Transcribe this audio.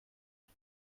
die